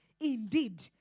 indeed